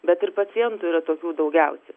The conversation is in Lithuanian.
bet ir pacientų yra tokių daugiausia